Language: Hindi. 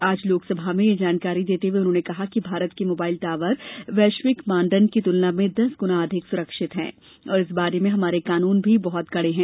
आज लोकसभा में ये जानकारी देते हुए उन्होंने कहा कि भारत के मोबाइल टावर वैश्विक मानदण्ड की तुलना में दस गुना अधिक सुरक्षित हैं और इस बारे में हमारे कानून भी बहुत कड़े हैं